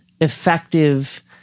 effective